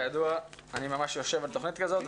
כידוע אני ממש יושב על תוכנית כזאת.